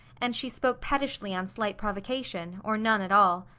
and she spoke pettishly on slight provocation, or none at all.